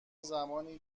زمانی